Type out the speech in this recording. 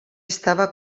estava